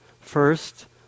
first